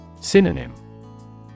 Synonym